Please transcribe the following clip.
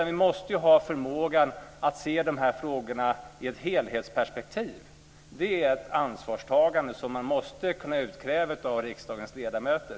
Vi måste ha förmågan att se de här frågorna i ett helhetsperspektiv. Det är ett ansvarstagande som man måste kunna kräva av riksdagens ledamöter.